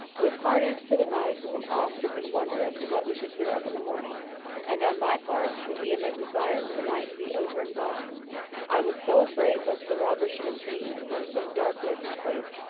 we parted for the night with an awe-stricken wonder as to what we should hear of in the morning and, on my part, with a vehement desire for the night to be over and gone i was so afraid lest the robbers should have seen, from some dark lurking-place,